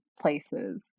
places